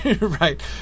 right